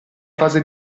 fase